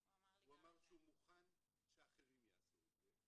הוא אמר שהוא מוכן שאחרים יעשו את זה.